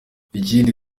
ikindi